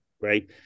right